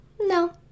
no